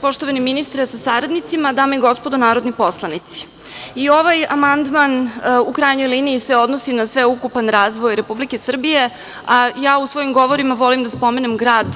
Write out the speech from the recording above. Poštovani ministre sa saradnicima, dame i gospodo narodni poslanici, i ovaj amandman u krajnjoj liniji se odnosi na sveukupan razvoj Republike Srbije, a ja u svojim govorima volim da spomenem grad